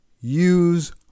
use